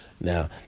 now